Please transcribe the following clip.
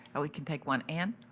oh, we can take one. ann.